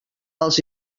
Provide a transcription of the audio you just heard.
als